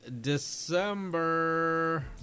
December